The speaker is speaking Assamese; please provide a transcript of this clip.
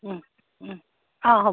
অঁ হ'ব